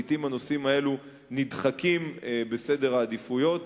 לעתים הנושאים האלה נדחקים בסדר העדיפויות,